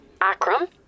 Akram